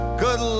good